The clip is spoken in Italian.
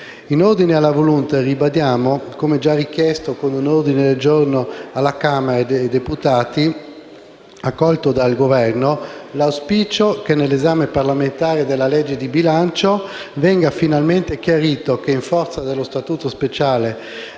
In ordine alla *voluntary* *disclosure* ribadiamo, come già richiesto con un ordine del giorno alla Camera dei deputati accolto dal Governo, l'auspicio che nell'esame parlamentare della legge di bilancio venga chiarito che, in forza dello Statuto speciale